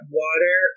water